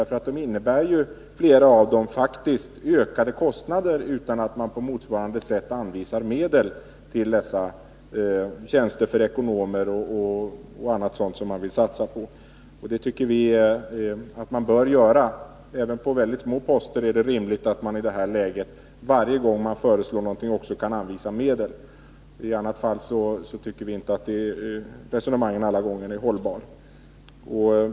Flera av dem innebär ju faktiskt ökade kostnader, utan att man på motsvarande sätt anvisar medel till dessa tjänster för ekonomer och annat som man vill satsa på. Det tycker vi att man bör göra. I det här läget är det rimligt att man varje gång man föreslår något, även på väldigt små poster, också kan anvisa medel. I annat fall tycker vi inte att resonemangen alla gånger är hållbara.